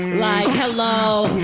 like hello.